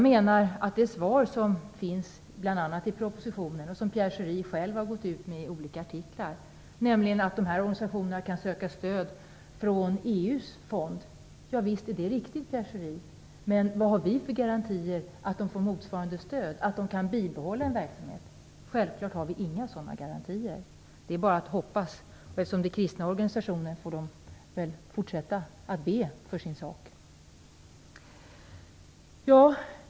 Det svar som finns bl.a. i propositionen och som Pierre Schori själv har gått ut med i olika artiklar är att dessa organisationer kan söka stöd från EU:s fond. Javisst är det riktigt, Pierre Schori, men vad har vi för garantier att de får motsvarande stöd därifrån så att de kan bibehålla sin verksamhet? Självfallet har vi inga sådana garantier. Det är bara att hoppas. Eftersom det är kristna organisationer får de väl fortsätta att be för sin sak.